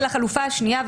אני עברתי לחלופה השנייה.